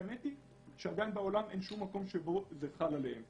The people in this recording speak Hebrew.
האמת היא שגם בעולם אין שום מקום שבו זה חל עליהם.